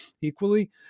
equally